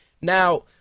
Now